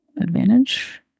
advantage